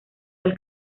del